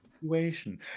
situation